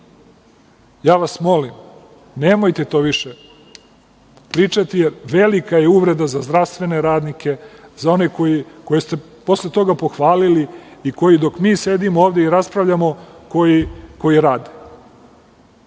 vas molim nemojte to više pričati, jer velika je uvreda za zdravstvene radnike, za one koje ste posle toga pohvalili i koji, dok mi sedimo ovde i raspravljamo, rade. Da